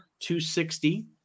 260